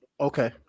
Okay